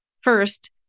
First